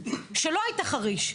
כשלא היתה חריש,